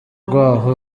rw’aho